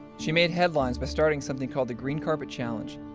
she made headlines by starting something called the green carpet challenge,